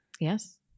Yes